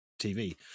TV